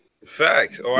Facts